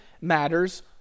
matters